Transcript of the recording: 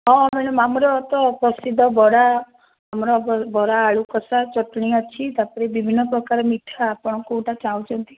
ହଁ ମ୍ୟାଡ଼ାମ ଆମର ତ ପ୍ରସିଦ୍ଧ ବରା ଆମର ବରା ଆଳୁ କଷା ଚଟଣି ଅଛି ତା'ପରେ ବିଭିନ୍ନ ପ୍ରକାର ମିଠା ଆପଣ କେଉଁଟା ଚାହୁଁଛନ୍ତି